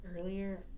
earlier